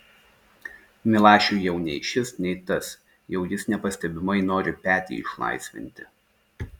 milašiui jau nei šis nei tas jau jis nepastebimai nori petį išlaisvinti